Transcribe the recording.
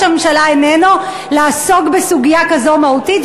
הממשלה איננו לעסוק בסוגיה כזאת מהותית,